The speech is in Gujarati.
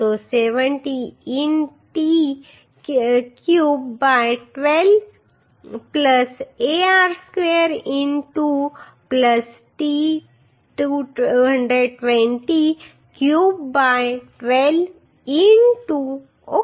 તો 70 in t cube by 12 ar square in 2 t 220 cube by 12 in 2 okay